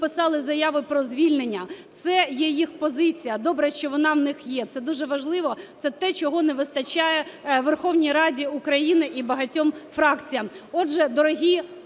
Отже, дорогі